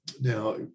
Now